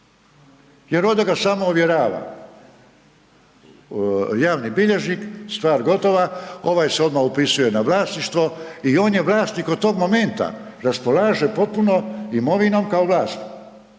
Jer onda ga samo ovjerava javni bilježnik, stvar gotova, ovaj se odmah upisuje na vlasništvo i on je vlasnik od tog momenta, raspolaže potpuno imovinom kao vlasnik,